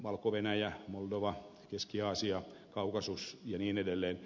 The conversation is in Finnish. valko venäjä moldova keski aasia kaukasus ja niin edelleen